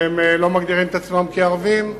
והם לא מגדירים את עצמם כערבים.